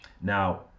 Now